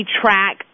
track